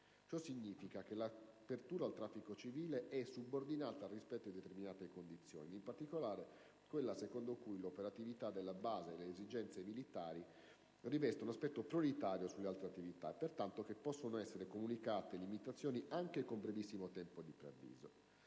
Ciò significa che l'eventuale apertura al traffico aereo civile é subordinata al rispetto di determinate condizioni, in particolare quella secondo cui «l'operatività della base e le esigenze militari rivestono aspetto prioritario su ogni altra attività e, pertanto, limitazioni potranno essere comunicate anche con brevissimo tempo di preavviso».